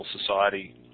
society